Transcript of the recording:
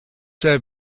have